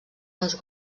les